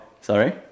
Sorry